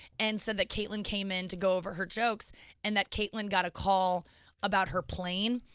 and said that kaitlin came in to go over her jokes and that kaitlin got a call about her plane.